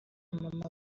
mama